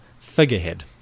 figurehead